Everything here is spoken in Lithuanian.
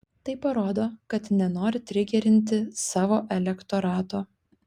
tai parodo kad nenori trigerinti savo elektorato